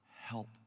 help